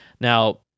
Now